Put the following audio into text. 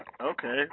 okay